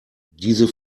diese